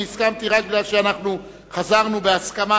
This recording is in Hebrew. אני הסכמתי רק בגלל שחזרנו בהסכמה,